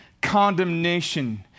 condemnation